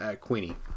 Queenie